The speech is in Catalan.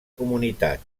comunitat